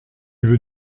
veux